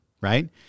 Right